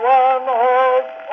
one-horse